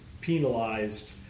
penalized